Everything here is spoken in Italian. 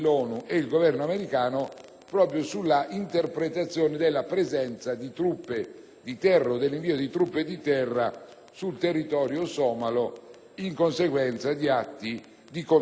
proprio sull'interpretazione circa la presenza di truppe di terra o dell'invio di truppe di terra sul territorio somalo onde porre in essere atti di contrasto alla pirateria.